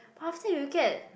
but after you get